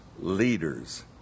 leaders